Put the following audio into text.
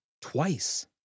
twice